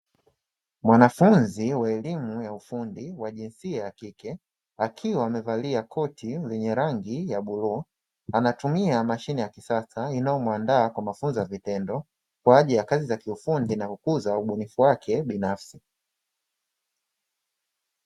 Mwanafunzi ya elimu ya ufundi wa jinsia ya kike akiwa amevalia koti lenye rangi ya bluu, anatumia mashine ya kisasa inayomuandaa kwa mafunzo ya vitendo, kwa ajili ya kazi za ufundi na kukuza ubunifu wake binafsi.